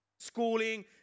schooling